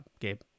Gabe